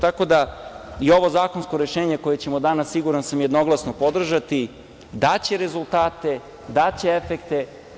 Tako da, i ovo zakonsko rešenje koje ćemo danas, siguran sam, jednoglasno podržati daće rezultate, daće efekte.